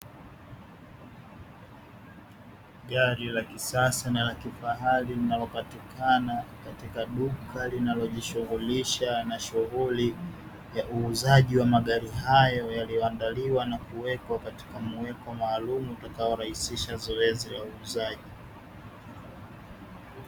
Gari la kisasa na la kifahari linalopatikana katika duka linalojishughulisha na shughuli ya uuzaji wa magari hayo, yaliyo andaliwa na kuwekwa katika muweko maalumu utakao rahisisha zoezi la uuzaji.